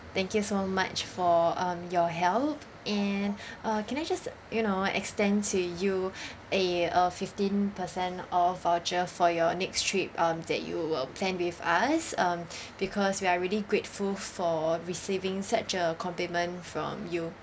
thank you so much for um your help and uh can I just you know extend to you a uh fifteen percent off voucher for your next trip um that you will plan with us um because we are really grateful for receiving such a compliment from you